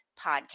Podcast